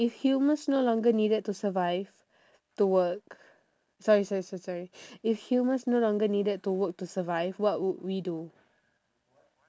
if humans no longer needed to survive to work sorry sorry sorry sorry if humans no longer needed to work to survive what would we do